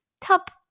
top